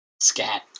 Scat